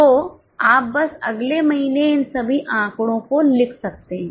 तो आप बस अगले महीने इन सभी आंकड़ों को लिख सकते हैं